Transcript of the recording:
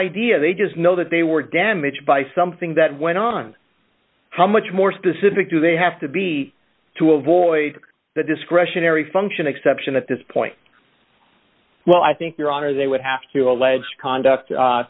idea they just know that they were damaged by something that went on how much more specific do they have to be to avoid the discretionary function exception at this point well i think your honor they would have to allege conduct